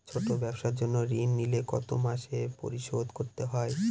ছোট ব্যবসার জন্য ঋণ নিলে কত মাসে পরিশোধ করতে হয়?